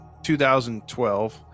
2012